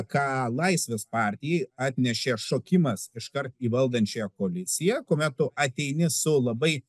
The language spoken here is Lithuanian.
ką laisvės partijai atnešė šokimas iškart į valdančiąją koaliciją kuomet tu ateini su labai